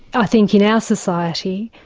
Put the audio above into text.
i think in our society,